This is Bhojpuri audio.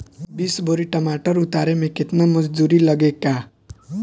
बीस बोरी टमाटर उतारे मे केतना मजदुरी लगेगा?